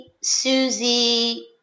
Susie